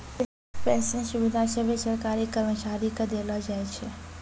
pension सुविधा सभे सरकारी कर्मचारी के देलो जाय छै